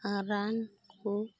ᱨᱟᱱ ᱠᱚ